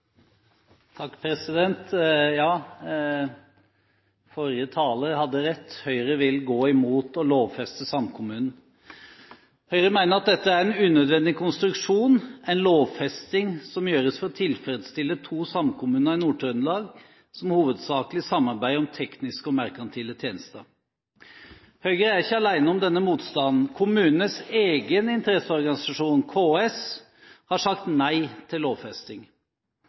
imot forslaget. Ja, forrige taler hadde rett. Høyre vil gå imot å lovfeste samkommunen. Høyre mener dette er en unødvendig konstruksjon – en lovfesting som gjøres for å tilfredsstille to samkommuner i Nord-Trøndelag, som hovedsakelig samarbeider om tekniske og merkantile tjenester. Høyre er ikke alene om denne motstanden. Kommunenes egen interesseorganisasjon, KS, har sagt nei til lovfesting.